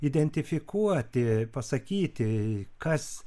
identifikuoti pasakyti kas